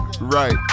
right